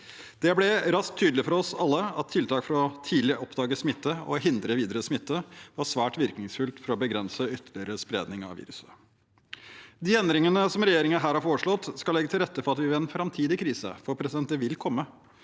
Det ble raskt tydelig for oss alle at tiltak for å oppdage smitte tidlig og hindre videre smitte var svært virkningsfullt for å begrense ytterligere spredning av viruset. De endringene som regjeringen her har foreslått, skal legge til rette for at vi ved en framtidig krise – for den vil komme